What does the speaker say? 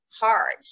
hard